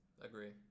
Agree